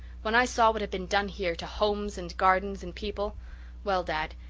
when i saw what had been done here to homes and gardens and people well, dad,